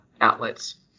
outlets